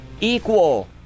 equal